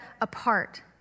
apart